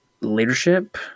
Leadership